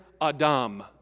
Adam